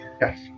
Yes